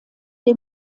der